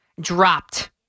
dropped